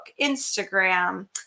Instagram